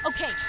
okay